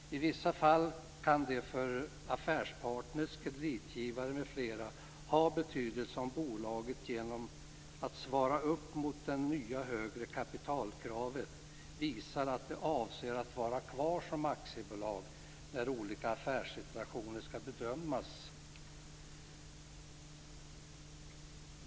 I vissa fall kan det för affärspartner, kreditgivare m.fl. ha betydelse om bolaget genom att svara upp mot det nya, högre kapitalkravet visar att det avser att vara kvar som aktiebolag när olika affärssituationer skall bedömas.